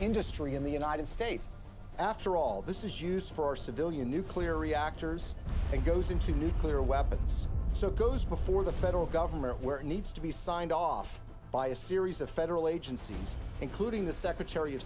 industry in the united states after all this is used for civilian nuclear reactors and goes into nuclear weapons before the federal government where it needs to be signed off by a series of federal agencies including the secretary